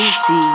see